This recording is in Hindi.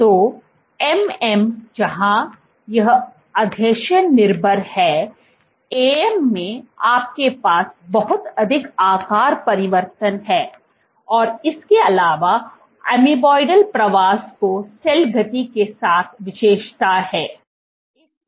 तो MM जहां यह आसंजन निर्भर है AM में आपके पास बहुत अधिक आकार परिवर्तन हैं और इसके अलावा amoeboidal प्रवास को सेल गति के साथ विशेषता है